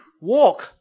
Walk